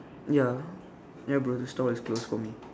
ya bro the store is closed for me